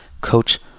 coach